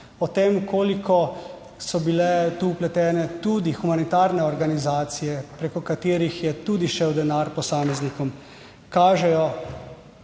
o tem, koliko so bile tu vpletene tudi humanitarne organizacije, preko katerih je tudi šel denar posameznikom, kažejo